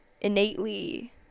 innately